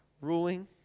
ruling